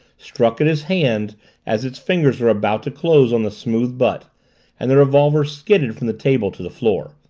struck at his hand as its fingers were about to close on the smooth butt and the revolver skidded from the table to the floor.